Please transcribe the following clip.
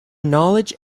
knowledge